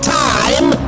time